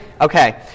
Okay